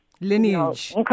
lineage